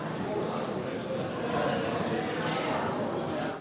Hvala